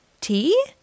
Tea